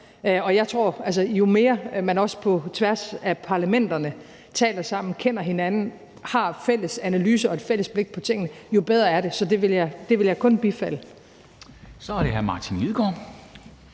Jeg tror, at jo mere man også på tværs af parlamenterne taler sammen, kender hinanden og har fælles analyser og et fælles blik på tingene, jo bedre er det, så det vil jeg kun bifalde. Kl. 10:12 Formanden (Henrik